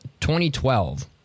2012